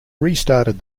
restarted